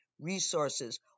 resources